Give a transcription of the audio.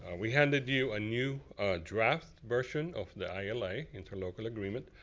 we handed you a new draft version of the ila. interlocal agreement.